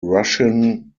russian